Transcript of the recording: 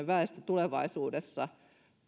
väestö tulevaisuudessa